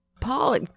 Paul